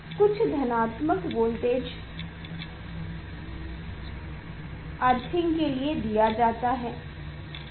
कुछ धनात्मक वोल्टेज दिया अर्थिङ्ग के लिए दिया जाता है